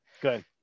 good